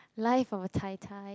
life of a tai-tai